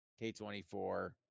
K24